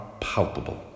palpable